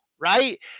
right